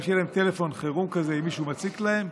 גם שיהיה להם טלפון חירום אם מישהו מציק להם,